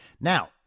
Now